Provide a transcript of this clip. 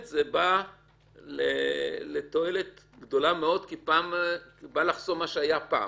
בא לתועלת גדולה מאוד כי זה בא לחסום מה שהיה פעם.